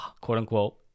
quote-unquote